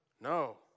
No